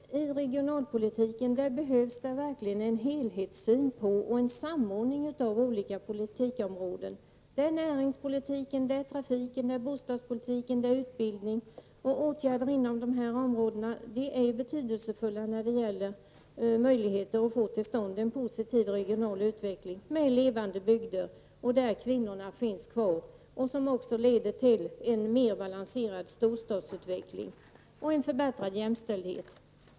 I regionalpolitiken behövs det verkligen en helhetssyn på och en samordning av olika politikområden: näringspolitiken, trafiken, bostadspolitiken, utbildningen. Åtgärder inom de områdena är betydelsefulla när det gäller möjligheterna att få till stånd en positiv regional utveckling med levande bygder och där kvinnorna finns kvar, något som också leder till en mer balanserad storstadsutveckling och en förbättrad jämställdhet.